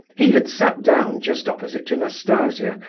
he had sat down just opposite to nastasia,